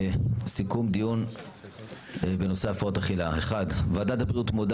סיכום דיון בנושא הפרעות אכילה: 1. ועדת הבריאות מודה